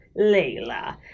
Layla